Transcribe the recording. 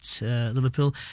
Liverpool